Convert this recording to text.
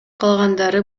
калгандары